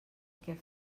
que